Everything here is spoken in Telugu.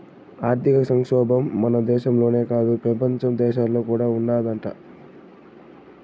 ఆర్థిక సంక్షోబం మన దేశంలోనే కాదు, పెపంచ దేశాల్లో కూడా ఉండాదట